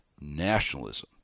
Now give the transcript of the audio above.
nationalism